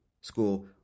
school